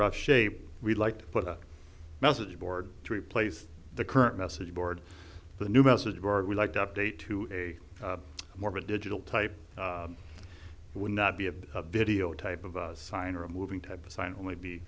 rough shape we'd like to put a message board to replace the current message board the new message board would like to update to a more of a digital type would not be a video type of sign or a moving type of sign only be